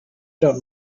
don’t